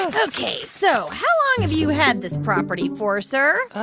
ok. so how long have you had this property for, sir?